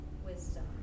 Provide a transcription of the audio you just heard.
wisdom